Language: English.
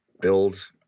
build